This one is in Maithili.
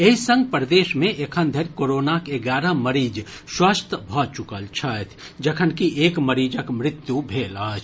एहि संग प्रदेश मे एखन धरि कोरोनाक एगारह मरीज स्वस्थ भऽ चुकल छथि जखनकि एक मरीजक मृत्यु भेल अछि